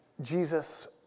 Jesus